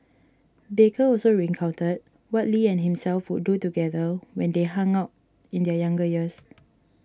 baker also recounted what Lee and himself would do together when they hung out in their younger years